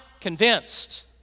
convinced